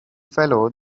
fellow